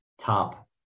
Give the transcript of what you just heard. top